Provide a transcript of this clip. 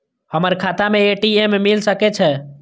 हमर खाता में ए.टी.एम मिल सके छै?